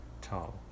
tall